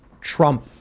Trump